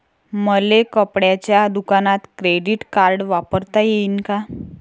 मले कपड्याच्या दुकानात क्रेडिट कार्ड वापरता येईन का?